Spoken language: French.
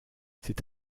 c’est